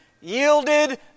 yielded